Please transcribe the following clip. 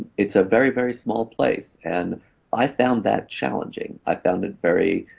it's a very, very small place and i found that challenging. i found that very